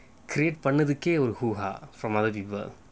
create பண்ணதுக்கே ஒரு:pannathukae oru from other people